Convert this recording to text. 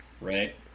right